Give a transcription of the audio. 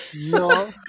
No